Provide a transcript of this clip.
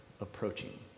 approaching